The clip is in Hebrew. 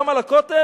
גם על הכותל?